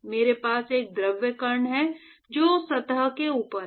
मेरे पास एक द्रव कण है जो उस सतह के ऊपर है